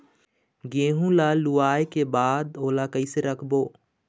गेहूं ला लुवाऐ के बाद ओला कइसे राखबो?